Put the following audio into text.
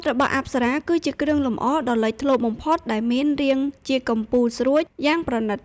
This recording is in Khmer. មកុដរបស់អប្សរាគឺជាគ្រឿងលម្អដ៏លេចធ្លោបំផុត ដែលមានរាងជាកំពូលស្រួចយ៉ាងប្រណីត។